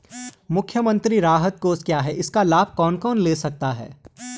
मुख्यमंत्री राहत कोष क्या है इसका लाभ कौन कौन ले सकता है?